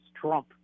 trump